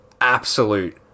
absolute